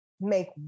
make